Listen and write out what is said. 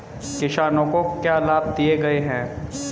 किसानों को क्या लाभ दिए गए हैं?